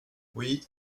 oui